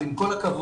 אז עם כל הכבוד,